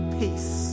peace